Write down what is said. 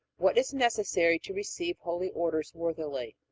what is necessary to receive holy orders worthily?